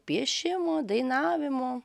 piešimo dainavimo